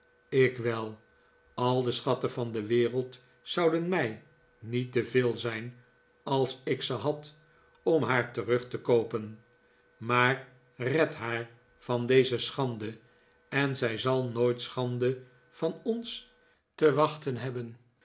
ik wel al de schatten van de wereld zouden mij niet te veel zijn als ik ze had om haar terug te koopen maar red haar van deze schande en zij zal nooit schande van ons te wachten hebben